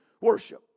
worship